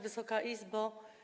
Wysoka Izbo!